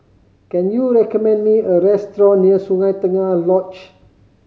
can you recommend me a restaurant near Sungei Tengah Lodge